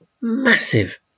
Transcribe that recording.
massive